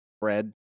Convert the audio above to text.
bread